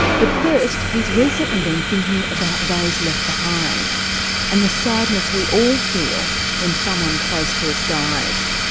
but first, he's recently been thinking about those left behind and the sadness we all feel when someone close to us dies.